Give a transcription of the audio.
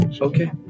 Okay